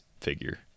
figure